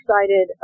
excited